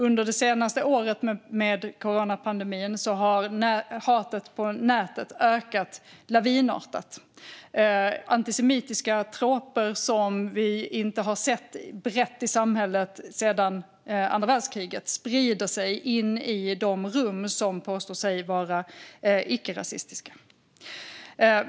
Under det senaste året med coronapandemin har näthatet ökat lavinartat. Antisemitiska troper som vi inte har sett brett i samhället sedan andra världskriget sprider sig in i de rum som påstår sig vara icke-rasistiska.